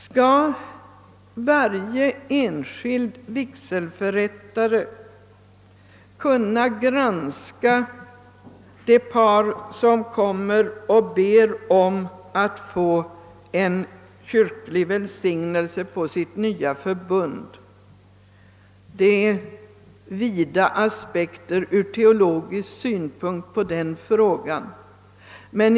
Skall varje enskild vigselförrättare kunna granska det par, som kommer och ber om att få en kyrklig välsignelse av sitt nya förbund? Från teologisk synpunkt finns vida aspekter på den frågan.